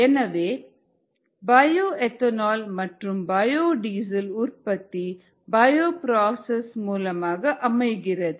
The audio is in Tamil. எனவே பயோ எத்தனால் மற்றும் பயோ டீசல் உற்பத்தி பயோப்ராசஸ் மூலமாக அமைகிறது